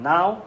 Now